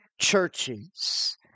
churches